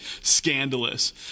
scandalous